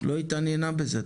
לא התעניינה בזה.